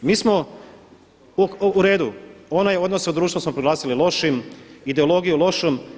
Mi smo, u redu, onaj odnos u društvu smo proglasili lošim, ideologiju lošom.